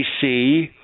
see